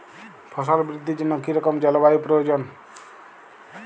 ফসল বৃদ্ধির জন্য কী রকম জলবায়ু প্রয়োজন?